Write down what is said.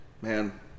Man